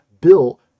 built